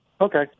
Okay